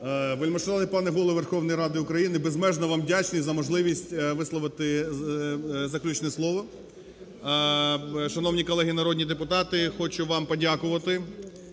Вельмишановний пане Голово Верховної Ради України, безмежно вам вдячний за можливість висловити заключне слово. Шановні колеги народні депутати, хочу вам подякувати